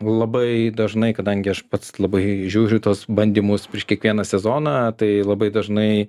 labai dažnai kadangi aš pats labai žiūriu tuos bandymus prieš kiekvieną sezoną tai labai dažnai